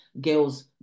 girls